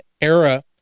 era